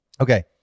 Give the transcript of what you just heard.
Okay